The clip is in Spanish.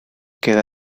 queda